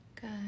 Good